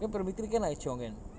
kan primary three kan I chiong kan